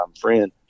friend